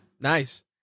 Nice